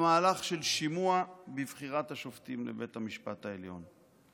הוא המהלך של שימוע בבחירת השופטים לבית המשפט העליון.